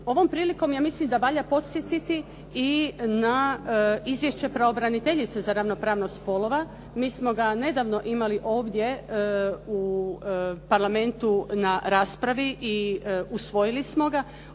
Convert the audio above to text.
Ovom prilikom ja mislim da valja podsjetiti i na izvješće pravobraniteljice za ravnopravnost spolova, mi smo ga nedavno imali ovdje u Parlamentu na raspravi i usvojili smo ga,